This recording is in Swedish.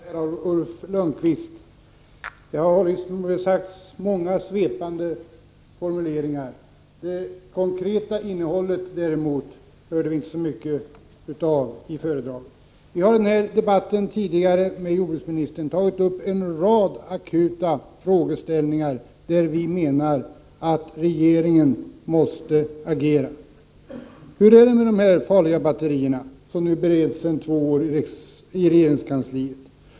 Fru talman! Vi har hört ett anförande av Ulf Lönnqvist. Det var många svepande formuleringar, men något konkret innehåll hörde vi inte så mycket av i föredraget. Vi har tidigare i denna debatt med jordbruksministern tagit upp en rad akuta frågeställningar där vi anser att regeringen måste agera. Hur är det med frågan om de farliga batterierna, vilken sedan två år bereds i regeringskansliet?